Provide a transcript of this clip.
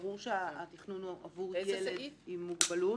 ברור שהתכנון הוא עבור ילד עם מוגבלות